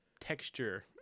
texture